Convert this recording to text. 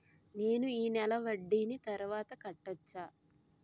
నేను ఈ నెల వడ్డీని తర్వాత కట్టచా?